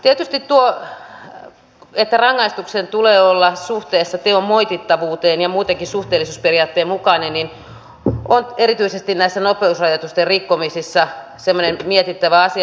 tietysti tuo että rangaistuksen tulee olla suhteessa teon moitittavuuteen ja muutenkin suhteellisuusperiaatteen mukainen on erityisesti näissä nopeusrajoitusten rikkomisissa semmoinen mietittävä asia